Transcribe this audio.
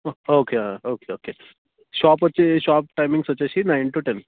okay okay okay shop వచ్చి shop timings వచ్చేసి nine to ten